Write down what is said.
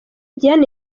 diane